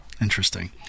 Interesting